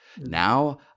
Now